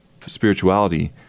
spirituality